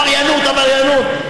עבריינות, עבריינות.